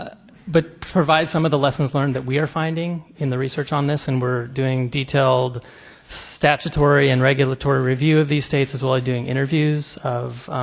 ah but provide some of the lessons learned that we are finding in the research on this and we're doing detailed statutory and regulatory review of these states as well as doing interviews of